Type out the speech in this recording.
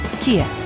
Kia